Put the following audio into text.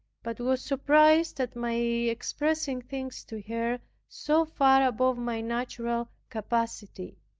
but was surprised at my expressing things to her so far above my natural capacity.